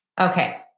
Okay